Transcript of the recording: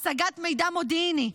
השגת מידע מודיעיני,